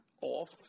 off